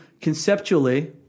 conceptually